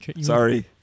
Sorry